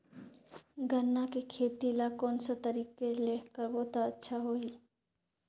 गन्ना के खेती ला कोन सा तरीका ले करबो त अच्छा होही?